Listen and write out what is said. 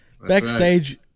Backstage